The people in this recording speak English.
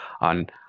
on